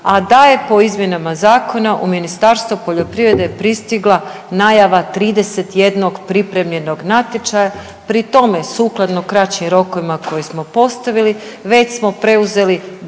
a da je po izmjenama zakona u Ministarstvo poljoprivrede pristigla najava 31 pripremljenog natječaja. Pri tome sukladno kraćim rokovima koje smo postavili već smo preuzeli